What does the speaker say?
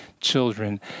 children